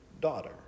daughter